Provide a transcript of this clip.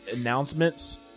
announcements